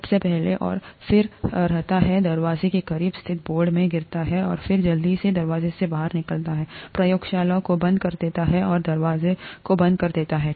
सबसे पहले और फिररहता हैदरवाजे के करीब स्थित बोर्डों में गिरता और फिर जल्दी से दरवाजे से बाहर निकलता है प्रयोगशाला को बंद कर देता है और दरवाजे को बंद कर देता है